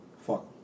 fuck